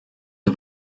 the